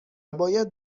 باید